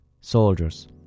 soldiers